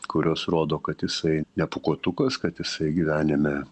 kurios rodo kad jisai ne pūkuotukas kad jisai gyvenime